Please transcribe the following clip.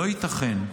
לא ייתכן,